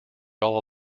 all